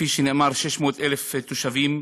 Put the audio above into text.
כפי שנאמר, 600,000 תושבים,